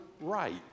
right